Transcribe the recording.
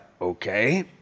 Okay